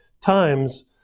times